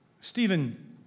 Stephen